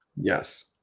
Yes